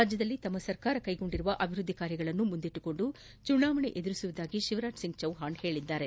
ರಾಜ್ಞದಲ್ಲಿ ತಮ್ಮ ಸರ್ಕಾರ ಕೈಗೊಂಡಿರುವ ಅಭಿವೃದ್ದಿ ಕಾರ್ಯಗಳನ್ನು ಮುಂದಿಟ್ಲುಕೊಂಡು ಚುನಾವಣೆ ಎದುರಿಸುವುದಾಗಿ ಶಿವರಾಜ್ ಸಿಂಗ್ ಚೌವ್ಹಾಣ್ ಹೇಳಿದ್ದಾರೆ